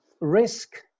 risk